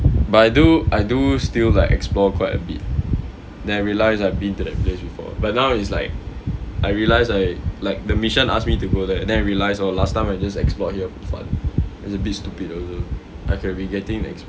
but I do I do still like explore quite a bit then I realise I've been to that place before but now it's like I realize I like the mission ask me to go there then I realise oh last time I just explore here for fun it's a bit stupid also I can be getting e~